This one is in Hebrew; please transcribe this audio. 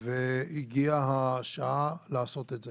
והגיעה השעה לעשות את זה.